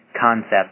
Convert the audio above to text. concept